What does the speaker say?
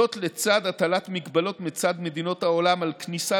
לצד הטלת הגבלות מצד מדינות העולם על כניסה